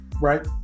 right